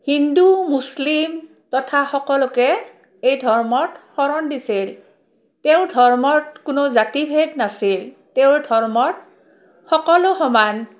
হিন্দু মুছলিম তথা সকলোকে এই ধৰ্মত শৰণ দিছিল তেওঁৰ ধৰ্মত কোনো জাতিভেদ নাছিল তেওঁৰ ধৰ্মত সকলো সমান